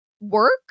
work